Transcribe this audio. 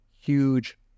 huge